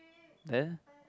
then